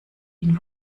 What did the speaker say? ihn